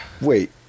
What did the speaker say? wait